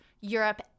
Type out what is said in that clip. Europe